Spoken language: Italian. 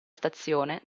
stazione